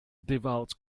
devout